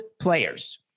players